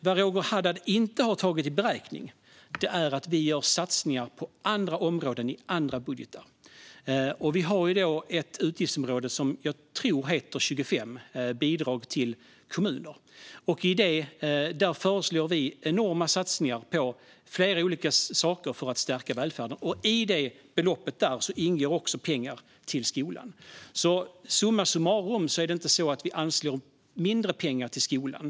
Vad Roger Haddad inte har tagit i beräkning är våra satsningar på andra utgiftsområden. På utgiftsområde 25 Allmänna bidrag till kommuner föreslår vi enorma satsningar på flera olika saker för att stärka välfärden. I det beloppet ingår också pengar till skolan. Summa summarum är det inte så att vi anslår mindre pengar till skolan.